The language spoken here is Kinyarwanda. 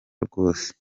rwose